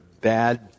bad